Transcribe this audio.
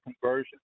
conversion